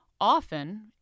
Often